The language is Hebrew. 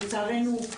לצערנו,